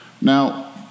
Now